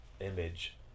image